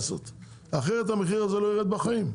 אחרת המחיר הזה לא יירד בחיים,